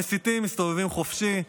המסיתים מסתובבים חופשי.